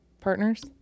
partners